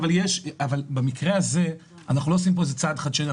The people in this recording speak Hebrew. אנחנו לא עושים פה צעד חדשני.